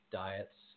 diets